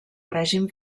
règim